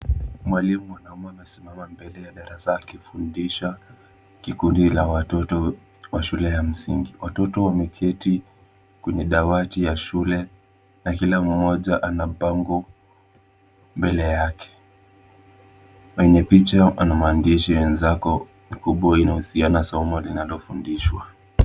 Mwalimu mwanaume anasimama mbele ya darasa, akifundisha kikundi la watoto wa shule ya msingi. Watoto wameketi kwenye dawati ya shule, na kila mmoja ana mpango mbele yake. Kwenye picha ana maandishi wenzako, kubwa, ihusiana somo linalofundishwa.